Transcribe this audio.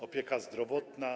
Opieka zdrowotna.